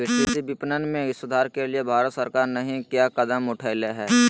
कृषि विपणन में सुधार के लिए भारत सरकार नहीं क्या कदम उठैले हैय?